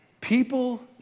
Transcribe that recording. People